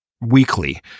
weekly